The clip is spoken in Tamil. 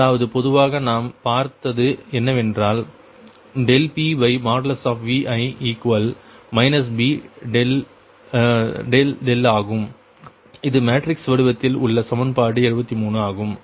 அதாவது பொதுவாக நாம் பார்த்தது என்னவென்றால் PVi B ஆகும் இது மேட்ரிக்ஸ் வடிவத்தில் உள்ள சமன்பாடு 73 ஆகும்